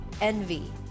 envy